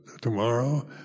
tomorrow